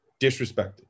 disrespected